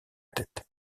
tête